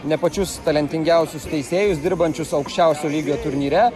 ne pačius talentingiausius teisėjus dirbančius aukščiausio lygio turnyre